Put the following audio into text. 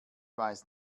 weiß